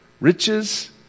riches